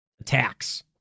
attacks